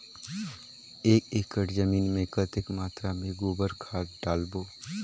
एक एकड़ जमीन मे कतेक मात्रा मे गोबर खाद डालबो?